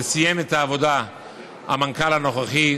וסיים את העבודה המנכ"ל הנוכחי.